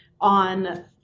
on